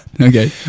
okay